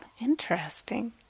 interesting